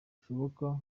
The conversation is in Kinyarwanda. bushoboka